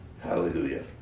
hallelujah